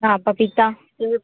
हाँ पपीता सेब